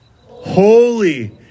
Holy